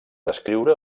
descriure